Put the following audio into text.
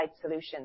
solutions